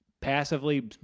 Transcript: passively